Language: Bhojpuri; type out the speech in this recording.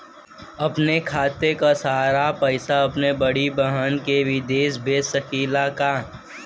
अपने खाते क सारा पैसा अपने बड़ी बहिन के विदेश भेज सकीला का?